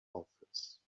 office